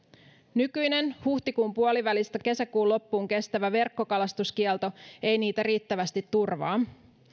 nykyinen huhtikuun puolivälistä kesäkuun loppuun kestävä verkkokalastuskielto ei niitä riittävästi turvaa